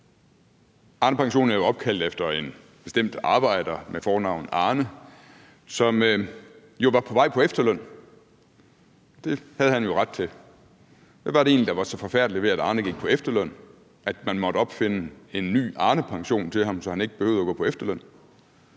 Arnepensionen er jo opkaldt efter en bestemt arbejder med fornavnet Arne, som jo var på vej på efterløn. Det havde han jo ret til. Hvad var det egentlig, der var så forfærdeligt ved, at Arne gik på efterløn, så man måtte opfinde en ny Arnepension til ham, så han ikke behøvede at gå på efterløn?